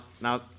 now